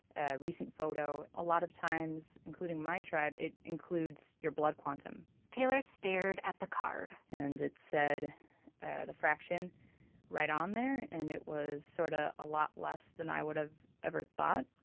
a recent photo. a lot of times, including my tribe, it includes your blood quantum taylor stared at the card and it said ah the fraction right on there, and it was sort of ah a lot less than i would have ever thought.